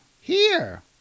Here